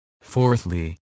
Fourthly